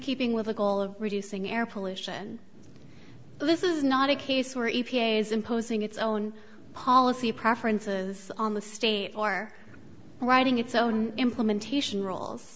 keeping with the goal of reducing air pollution but this is not a case where e p a is imposing its own policy preferences on the state or writing its own implementation rolls